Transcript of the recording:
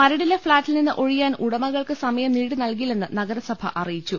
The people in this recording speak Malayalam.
മരടിലെ ഫ്ളാറ്റിൽനിന്ന് ഒഴിയാൻ ഉടമകൾക്ക് സമയം നീട്ടി നൽകില്ലെന്ന് നഗരസഭ അറിയിച്ചു